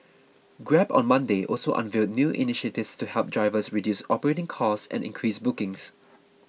grab on Monday also unveiled new initiatives to help drivers reduce operating costs and increase bookings